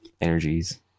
energies